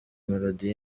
melodie